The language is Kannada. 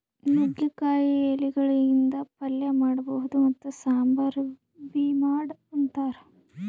ನುಗ್ಗಿಕಾಯಿ ಎಲಿಗಳಿಂದ್ ಪಲ್ಯ ಮಾಡಬಹುದ್ ಮತ್ತ್ ಸಾಂಬಾರ್ ಬಿ ಮಾಡ್ ಉಂತಾರ್